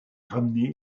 ramener